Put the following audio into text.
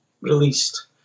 released